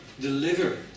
deliver